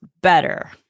better